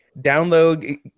download